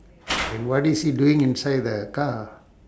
and what is he doing inside the car